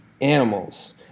Animals